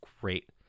great